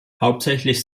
hauptsächlich